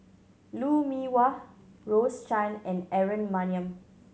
Lou Mee Wah Rose Chan and Aaron Maniam